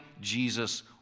Jesus